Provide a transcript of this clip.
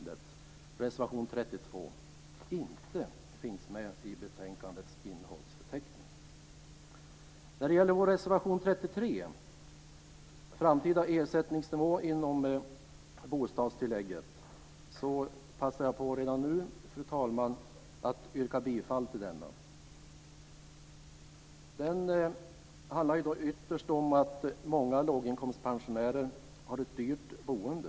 Jag passar redan nu på att yrka bifall till vår reservation 33 om framtida ersättningsnivå inom bostadstillägget. Den handlar ytterst om att många låginkomstpensionärer har ett dyrt boende.